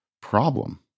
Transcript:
problem